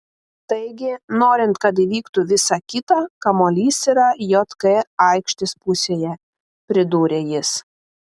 taigi norint kad įvyktų visa kita kamuolys yra jk aikštės pusėje pridūrė jis